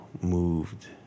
moved